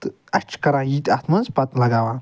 تہٕ اسہِ چھِ کران یہِ تہِ اَتھ مَنٛز پَتہٕ لَگاوان